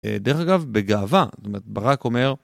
דרך אגב, בגאווה, זאת אומרת, ברק אומר...